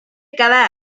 cada